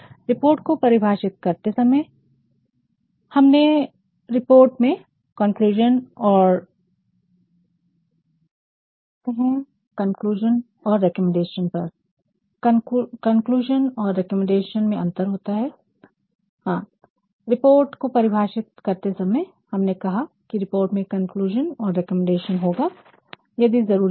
report को परिभाषित करते समय हमने कहा कि रिपोर्ट में कंक्लुजन और रिकमेंडेशन होगा यदि जरूरी हो तो